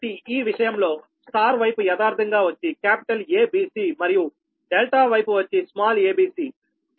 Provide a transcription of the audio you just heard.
కాబట్టి ఈ విషయంలో స్టార్ వైపు యదార్ధంగా వచ్చిక్యాపిటల్ A B C మరియు డెల్టా వైపు వచ్చి స్మాల్ a b c